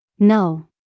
No